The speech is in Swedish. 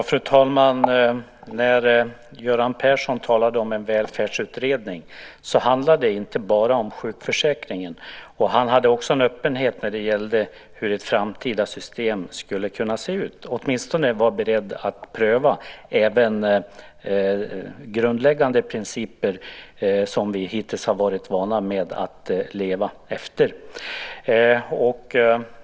Fru talman! När Göran Persson talade om en välfärdsutredning handlade det inte bara om sjukförsäkringen. Han hade också en öppenhet när det gällde hur ett framtida system skulle kunna se ut, åtminstone var han beredd att pröva även grundläggande principer som vi hittills har varit vana att leva efter.